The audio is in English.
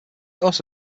also